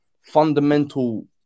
fundamental